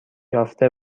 یافته